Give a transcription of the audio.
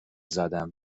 زدم